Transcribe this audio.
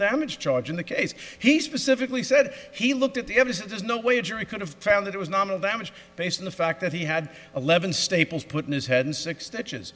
damage charge in the case he specifically said he looked at the evidence there's no way a jury could have found that it was normal damage based on the fact that he had eleven staples put in his head and six touches